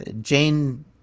Jane